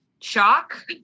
shock